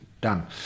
done